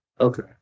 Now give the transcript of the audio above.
Okay